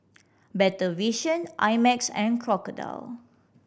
Better Vision I Max and Crocodile